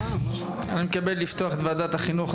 אני מתכבד לפתוח את ועדת החינוך,